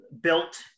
built